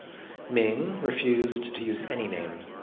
ming refused to use any name.